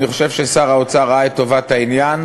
אני חושב ששר האוצר ראה את טובת העניין,